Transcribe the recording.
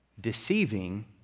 deceiving